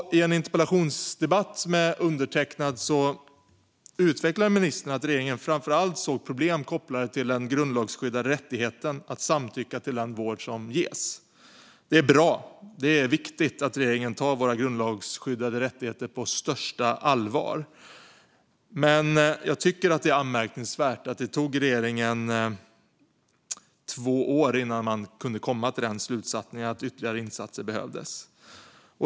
I en interpellationsdebatt med undertecknad utvecklade ministern att regeringen framför allt såg problem kopplade till den grundlagsskyddade rättigheten att samtycka till den vård som ges. Det är bra och viktigt att regeringen tar våra grundlagsskyddade rättigheter på största allvar, men jag tycker att det är anmärkningsvärt att det tog regeringen två år att komma till slutsatsen att ytterligare insatser behövdes.